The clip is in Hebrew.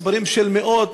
מספרים של מאות,